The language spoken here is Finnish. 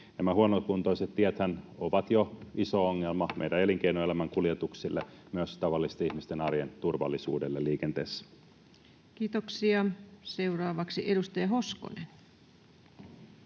Nämä huonokuntoiset tiethän ovat jo iso ongelma meidän elinkeinoelämän kuljetuksille ja myös tavallisten ihmisten arjen turvallisuudelle liikenteessä. Kiitoksia. — Seuraavaksi edustaja Hoskonen.